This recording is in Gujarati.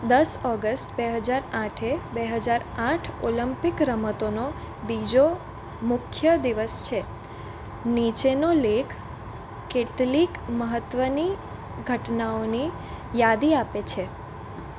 દસ ઓગસ્ટ બે હજાર આઠે બે હજાર આઠ ઓલિમ્પિક રમતોનો બીજો મુખ્ય દિવસ છે નીચેનો લેખ કેટલીક મહત્ત્વની ઘટનાઓની યાદી આપે છે